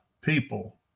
people